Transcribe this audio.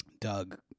Doug